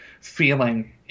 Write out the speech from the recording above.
feeling